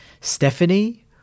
Stephanie